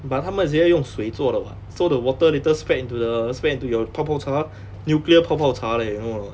but 它们也是要用水做的 [what] so the water later spread into the spread into your 泡泡茶 nuclear 泡泡茶 leh you know or not